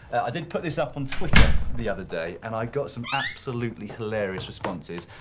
i did put this up on twitter the other day, and i got some absolutely hilarious responses,